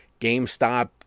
GameStop